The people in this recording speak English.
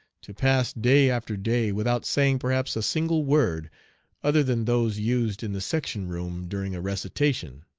to pass day after day without saying perhaps a single word other than those used in the section-room during a recitation.